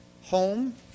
home